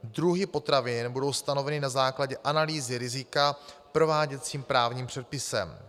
Druhy potravin budou stanoveny na základě analýzy rizika prováděcím právním předpisem.